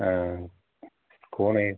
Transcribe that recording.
ah cone ice